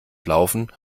laufen